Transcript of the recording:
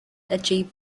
achieved